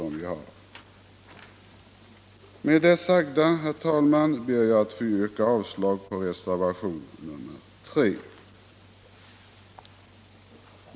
Med det sagda yrkar jag avslag på reservationen 3.